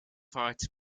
fighter